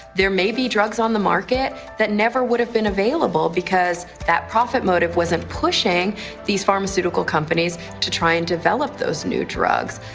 there may be drugs on the market that never would have been available because that profit motive wasn't pushing these pharmaceutical companies to try and develop those new drugs.